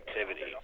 activity